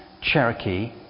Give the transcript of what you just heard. Cherokee